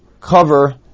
cover